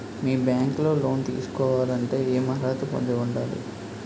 మీ bank లో loan తీసుకోవాలంటే ఎం అర్హత పొంది ఉండాలి?